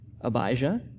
Abijah